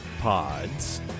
pods